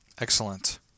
Excellent